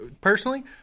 personally